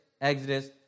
Exodus